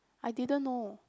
I didn't know